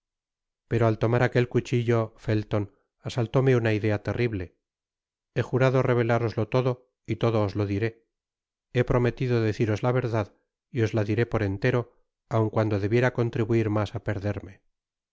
pero al tomar aquel cuchillo felton asaltóme una idea terrible he jurado revelároslo todo y todo os lo diré he prometido deciros la verdad y os la diré por entero aun cuando debiera contribuir mas á perderme os